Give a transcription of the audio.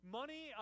money